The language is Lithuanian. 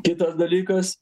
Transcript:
kitas dalykas